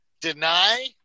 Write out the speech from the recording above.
deny